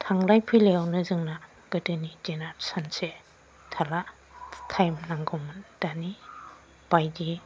थांलाय फैलायावनो जोंना गोदोनि दिनाव सानसे थारला टाइम नांगौमोन दानि बायदि